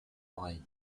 oreille